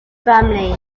family